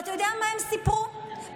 ואתה יודע מה הן סיפרו בשקט-בשקט,